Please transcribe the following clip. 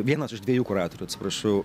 vienas iš dviejų kuratorių atsiprašau